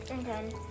Okay